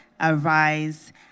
Arise